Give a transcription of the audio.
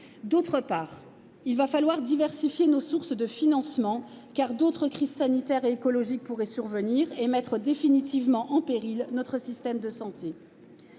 D'autre part, il faudra diversifier les sources de financement, car d'autres crises sanitaires et écologiques pourraient survenir, et mettre définitivement en péril notre système de santé.